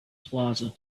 plaza